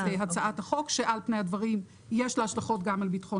הצעת החוק וכי על פני הדברים יש לה השלכות גם על ביטחון